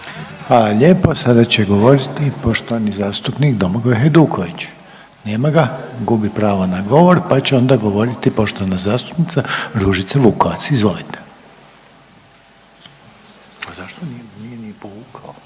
lijepo. Sada će govoriti poštovani zastupnik Domagoj Hajduković. Nema ga? Gubi pravo na govor, pa će onda govoriti poštovana zastupnica Ružica Vukovac. Izvolite. **Vukovac,